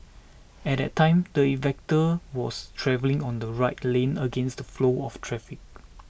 at that time the inventor was travelling on the right lane against the flow of traffic